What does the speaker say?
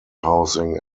housing